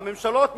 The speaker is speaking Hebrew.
הממשלות מתחלפות,